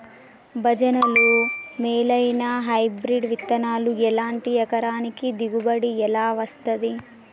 భజనలు మేలైనా హైబ్రిడ్ విత్తనాలు ఏమిటి? ఎకరానికి దిగుబడి ఎలా వస్తది?